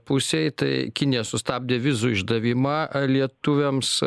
pusėj tai kinija sustabdė vizų išdavimą lietuviams